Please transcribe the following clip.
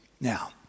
Now